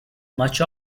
much